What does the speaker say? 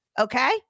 Okay